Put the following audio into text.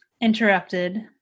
interrupted